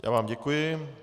Já vám děkuji.